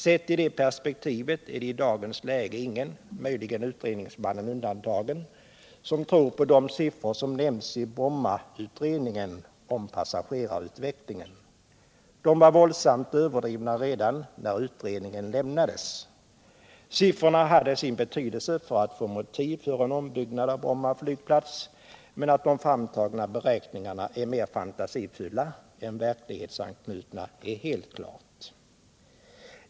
Sett i det perspektivet är det i dagens läge ingen, möjligen utredningsmannen undantagen, som tror på de siffror om passagerarutvecklingen som nämns i Brommautredningen. De var våldsamt överdrivna redan när utredningen lämnades. Siffrorna hade sin betydelse för att få motiv för en ombyggnad av Bromma flygplats, men att de framtagna beräkningarna är mer fantasifulla än verklighetsanknutna är helt klart.